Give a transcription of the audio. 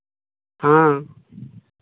हाँ